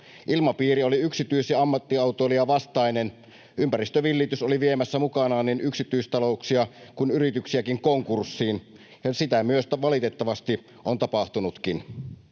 Ilmapiiri oli yksityis‑ ja ammattiautoilijavastainen. Ympäristövillitys oli viemässä mukanaan niin yksityistalouksia kuin yrityksiäkin konkurssiin, ja sitä valitettavasti on tapahtunutkin.